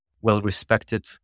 well-respected